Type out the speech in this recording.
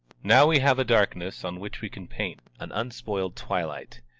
now we have a darkness on which we can paint, an unspoiled twilight.